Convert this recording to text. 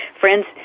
friends